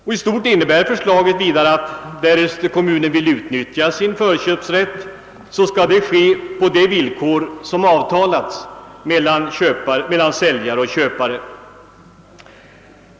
I stort sett innebär förslaget, att därest kommunen vill utnyttja sin förköpsrätt, så skall det ske på de villkor som avtalas mellan säljare och köpare.